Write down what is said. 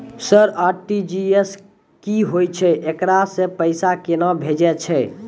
Sir RTGS की होय छै, एकरा से पैसा केना भेजै छै?